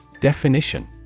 Definition